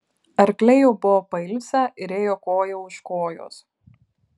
arkliai jau buvo pailsę ir ėjo koja už kojos